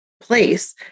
place